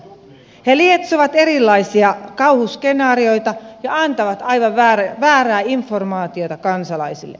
he lietsovat erilaisia kauhuskenaarioita ja antavat aivan väärää informaatiota kansalaisille